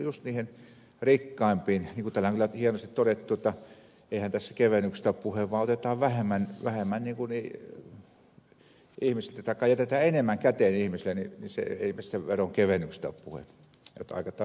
täällä on kyllä hienosti todettu että eihän tässä kevennyksistä ole puhe vaan otetaan vähemmän taikka jätetään enemmän käteen ihmisille niin ettei siinä veronkevennyksestä ole puhe